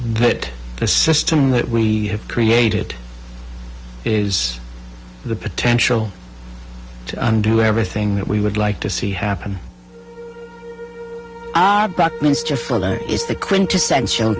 that the system that we have created is the potential to do everything that we would like to see happen back minister for that is the quintessential